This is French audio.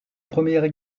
première